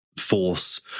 force